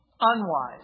unwise